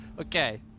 Okay